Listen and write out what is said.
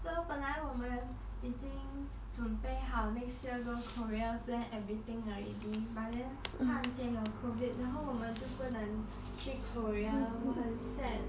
是 lor 本来我们已经准备好 next year go korea plan everything already but then 突然间有 covid 然后我们就不能去 korea 我很 sad